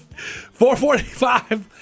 4.45